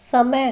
समय